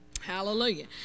Hallelujah